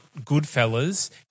Goodfellas